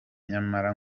nyamara